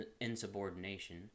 insubordination